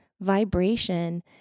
vibration